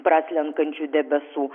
praslenkančių debesų